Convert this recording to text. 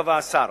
שקבע השר,